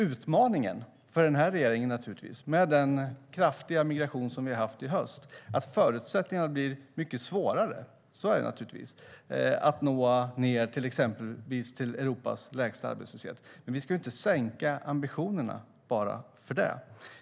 Utmaningen för den här regeringen är naturligtvis att den kraftiga migration vi haft i höst förändrar förutsättningarna och gör det mycket svårare att exempelvis nå ned till Europas lägsta arbetslöshet. Men vi ska inte sänka ambitionerna bara för det.